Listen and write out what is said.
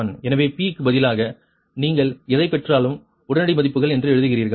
எனவே p க்கு பதிலாக நீங்கள் எதைப் பெற்றாலும் உடனடி மதிப்புகள் என்று எழுதுகிறீர்கள்